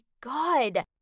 God